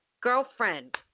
Girlfriend